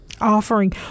Offering